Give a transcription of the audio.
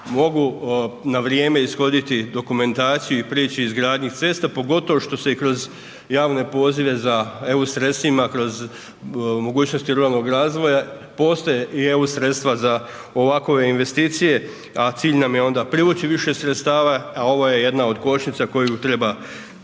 mogu na vrijeme ishoditi dokumentaciju i prijeći izgradnji cesta, pogotovo što se i kroz javne pozive za EU sredstvima kroz mogućnosti ruralnog razvoja postoje i EU sredstva za ovakove investicije, a cilj nam je onda privući više sredstava, a ovo je jedna od kočnica koju treba ispraviti.